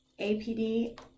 APD